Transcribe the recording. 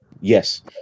yes